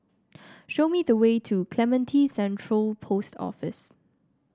show me the way to Clementi Central Post Office